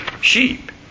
sheep